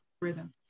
rhythm